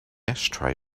ashtray